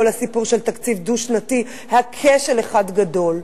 כל הסיפור של תקציב דו-שנתי היה כשל אחד גדול,